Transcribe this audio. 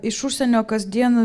iš užsienio kasdien